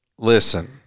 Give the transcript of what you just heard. Listen